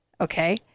Okay